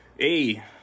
hey